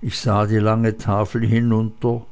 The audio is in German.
ich sah die lange tafel hinunter